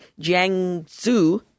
Jiangsu